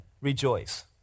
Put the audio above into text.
rejoice